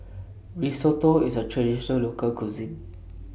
Risotto IS A Traditional Local Cuisine